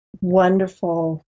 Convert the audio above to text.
wonderful